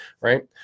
right